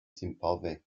simbabwe